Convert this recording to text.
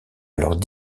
alors